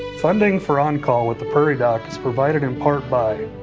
funding for on call with the prairie doc is provided in part by